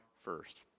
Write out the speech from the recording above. first